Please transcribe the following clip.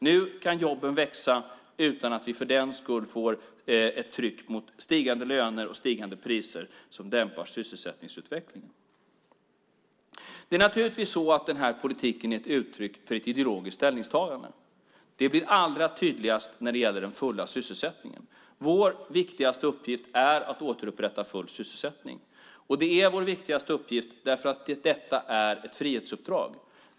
Nu kan jobben växa utan att vi för den skull får ett tryck mot stigande löner och stigande priser som dämpar sysselsättningsutvecklingen. Den här politiken är naturligtvis ett uttryck för ett ideologiskt ställningstagande. Det blir allra tydligast när det gäller den fulla sysselsättningen. Vår viktigaste uppgift är att återupprätta full sysselsättning. Det är vår viktigaste uppgift för att det är ett frihetsuppdrag.